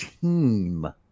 team